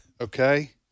Okay